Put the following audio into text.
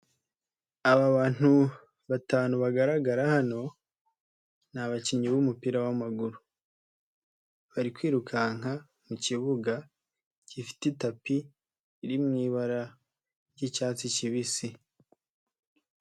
Aba abantu batanu bagaragara hano, ni abakinnyi b'umupira w'amaguru, Bari kwirukanka mu kibuga gifite itapi iri mu ibara ry'icyatsi kibisi.